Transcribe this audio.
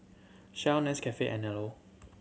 Shell Nescafe Anello